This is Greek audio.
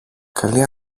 καλή